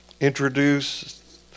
introduce